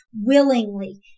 willingly